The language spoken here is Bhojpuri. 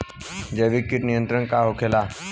जैविक कीट नियंत्रण का होखेला?